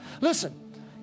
Listen